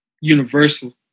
universal